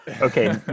Okay